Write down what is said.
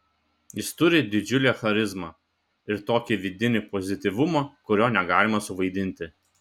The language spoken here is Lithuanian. jis turi didžiulę charizmą ir tokį vidinį pozityvumą kurio negalima suvaidinti